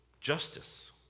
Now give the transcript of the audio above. justice